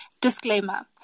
Disclaimer